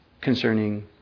concerning